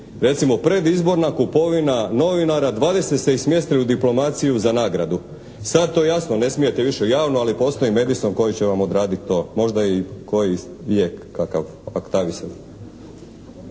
Recimo predizborna kupovina novinara, 20 ste ih smjestili u diplomaciju za nagradu. Sad to jasno, ne smijete više javno, ali postoji Medison koji će vam odraditi to, možda i koji lijek kakav Aktavisa.